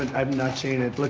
and i've not seen it. like